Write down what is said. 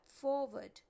forward